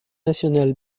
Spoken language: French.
nationale